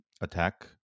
attack